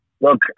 Look